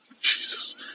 Jesus